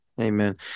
amen